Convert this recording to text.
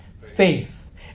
faith